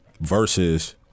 Versus